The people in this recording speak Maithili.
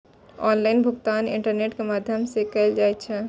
ऑनलाइन भुगतान इंटरनेट के माध्यम सं कैल जाइ छै